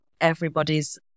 everybody's